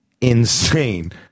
insane